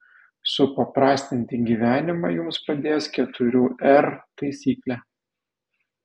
supaprastinti gyvenimą jums padės keturių r taisyklė